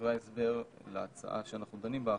ובדברי ההסבר להצעה שאנחנו דנים בה עכשיו,